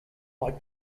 like